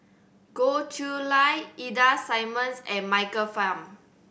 Goh Chiew Lye Ida Simmons and Michael Fam